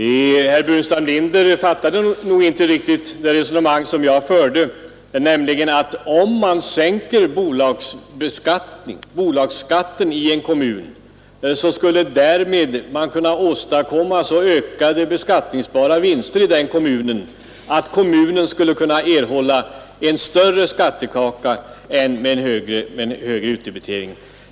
Herr talman! Herr Burenstam Linder fattade nog inte riktigt det resonemang som jag förde, nämligen att om man sänker skatten i en kommun och därmed även för bolag skulle man därmed kunna åstadkomma en sådan ökning av de beskattningsbara vinsterna att kommunen skulle kunna erhålla en större skattekaka än genom en högre utdebitering.